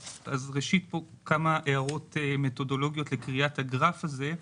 ראשית, כמה הערות מתודולוגיות לקריאת הגרף הזה.